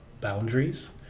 boundaries